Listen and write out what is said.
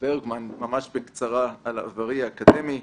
ברגמן ממש בקצרה על עברי האקדמי.